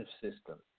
system